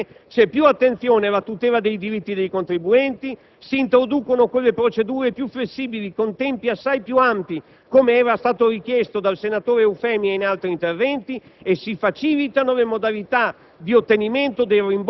definitivamente, c'è più attenzione alla tutela dei diritti dei contribuenti; si introducono procedure più flessibili con tempi assai più ampi, come richiesto dal senatore Eufemi e in altri interventi; si facilitano le modalità